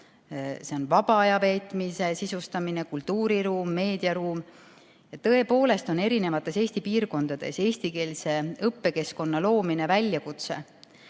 See on vaba aja veetmise sisustamine, kultuuriruum, meediaruum. Tõepoolest on erinevates Eesti piirkondades eestikeelse õppekeskkonna loomine väljakutse.